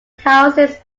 houses